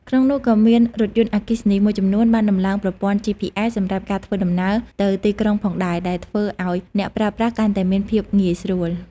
ក្នុងនោះក៏មានរថយន្តអគ្គីសនីមួយចំនួនបានតំឡើងប្រព័ន្ធ GPS សម្រាប់ការធ្វើដំណើរទៅទីក្រុងផងដែរ ដែលធ្វើឱ្យអ្នកប្រើប្រាស់កាន់តែមានភាពងាយស្រួល។